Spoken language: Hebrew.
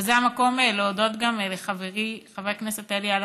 וזה המקום להודות גם לחברי חבר הכנסת אלי אלאלוף.